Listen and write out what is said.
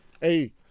Hey